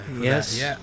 Yes